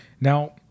Now